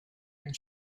and